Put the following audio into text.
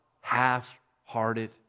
half-hearted